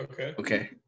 Okay